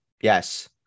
Yes